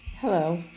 Hello